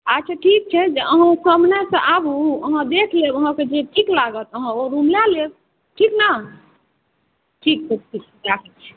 अच्छा ठीक छै जे अहाँ कहलहुँ अहाँ आबू अहाँ देख लेब अहाँके जे ठीक लागत अहाँ ओ रूम लए लेब ठीक ने ठीक छै राखै छी